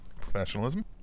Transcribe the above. professionalism